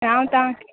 जाम तव्हांखे